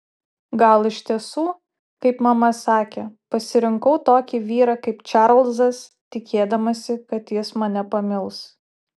gal iš tiesų kaip mama sakė pasirinkau tokį vyrą kaip čarlzas tikėdamasi kad jis mane pamils